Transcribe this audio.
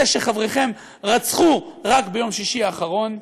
אלה שחבריכם רצחו רק ביום שישי האחרון.